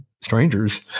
strangers